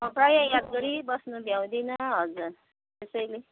अँ प्रायः याद गरिबस्नु भ्याउँदिनँ हजार त्यसैले